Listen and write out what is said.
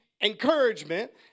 encouragement